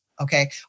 Okay